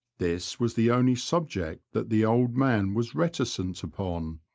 this was the only subject that the old man was reticent upon,